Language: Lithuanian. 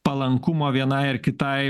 palankumo vienai ar kitai